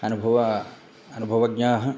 अनुभवज्ञः अनुभवज्ञाः